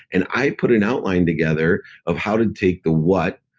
and i put an outline together of how to take the what,